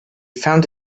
found